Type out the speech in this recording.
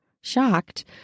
Shocked